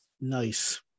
Nice